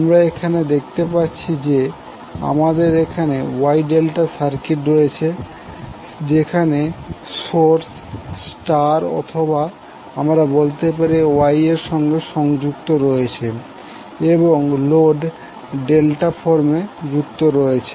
আমরা এখানে দেখতে পাচ্ছি যে আমাদের এখানে Y ∆ সার্কিট রয়েছে যেখানে সোর্স স্টার অথবা আমরা বলতে পারি Y এর সঙ্গে সংযুক্ত রয়েছেে এবং লোড ডেল্টা ফর্মে যুক্ত রয়েছে